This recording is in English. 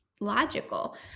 logical